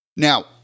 Now